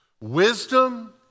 Wisdom